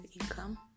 income